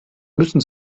müssen